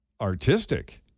Artistic